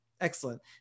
Excellent